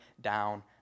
down